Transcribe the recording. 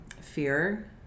fear